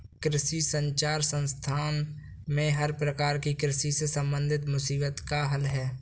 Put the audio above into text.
कृषि संचार संस्थान में हर प्रकार की कृषि से संबंधित मुसीबत का हल है